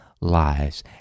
lies